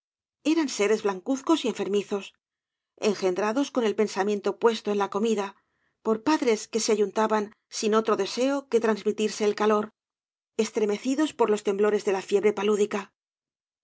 eran seres blancuzcos y enfermizos engendrados con el pensamiento puesto en la comida por padres que se ayuntaban sin otro deseo que transmitirse el calor estremecidos por los temblores v blasoo ibáñbz de la fiabre